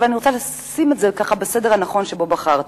אבל אני רוצה לשים אותם בסדר הנכון שבו בחרתי.